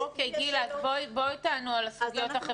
אוקיי, גילה, בואו תענו על הסוגיות החברתיות.